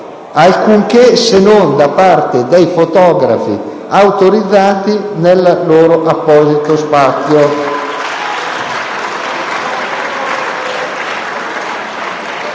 alcunché, se non da parte dei fotografi autorizzati nelle loro apposite tribune.